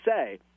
say